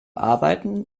arbeiten